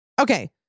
Okay